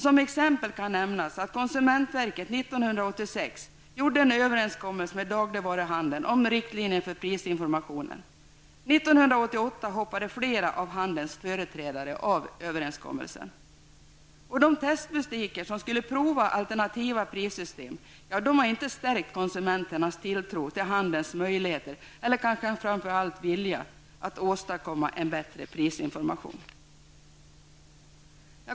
Som exempel kan nämnas att konsumentverket 1986 träffade en överenskommelse med dagligvaruhandeln om riktlinjer för prisinformationen. 1988 hoppade flera av handelns företrädare av överenskommelsen. De testbutiker som skulle prova alternativa prissystem har inte stärkt konsumenternas tilltro till handelns möjligheter eller kanske framför allt vilja att åstadkomma en bättre prisinformation.